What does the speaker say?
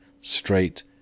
straight